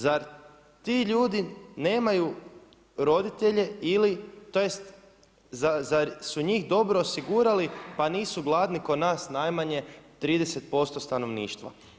Zar ti ljudi nemaju roditelje tj. zar su njih dobro osigurali pa nisu glasni ko nas najmanje 30% stanovništva?